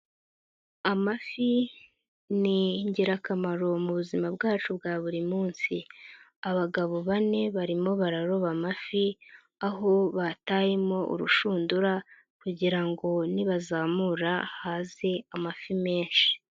Amafi ni ingirakamaro mubu buzima bwacu bwa buri munsi, abagabo bane barimo bararoba amafi aho batayemo urushundura kugirango nibazamura haze amafi menshi.